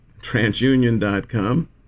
transunion.com